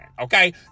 okay